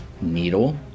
needle